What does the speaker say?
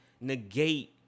negate